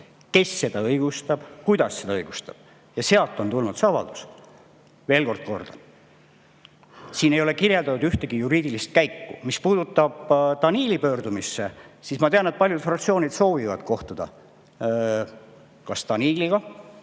kes seda õigustab ja kuidas seda õigustab. Sealt on tulnud see avaldus. Veel kord: siin ei ole kirjeldatud ühtegi juriidilist käiku. Mis puudutab Danieli pöördumist, siis ma tean, et paljud fraktsioonid soovivad kohtuda kas Danieliga